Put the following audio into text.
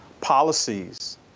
policies